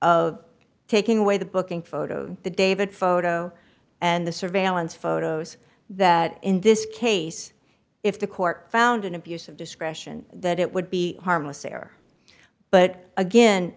of taking away the booking photo the david photo and the surveillance photos that in this case if the court found an abuse of discretion that it would be harmless error but again